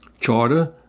Charter